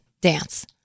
dance